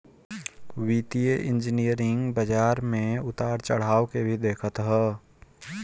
वित्तीय इंजनियरिंग बाजार में उतार चढ़ाव के भी देखत हअ